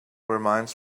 reminds